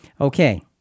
Okay